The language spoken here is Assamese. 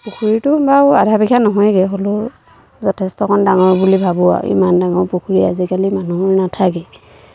পুখুৰীটো বাৰু আধা বিঘা নহয়গৈ হ'লেও যথেষ্ট অকণ ডাঙৰ বুলি ভাবোঁ আৰু ইমান ডাঙৰ পুখুৰী আজিকালি মানুহৰ নাথাকে